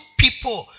people